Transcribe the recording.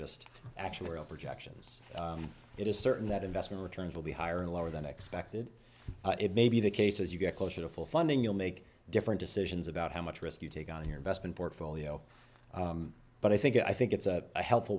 just actuarial projections it is certain that investment returns will be higher and lower than expected it may be the case as you get closer to full funding you'll make different decisions about how much risk you take on your investment portfolio but i think i think it's a helpful